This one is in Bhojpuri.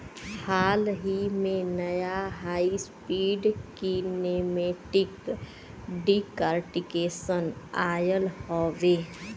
हाल ही में, नया high speed kinematic decortication oil हउवे